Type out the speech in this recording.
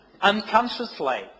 unconsciously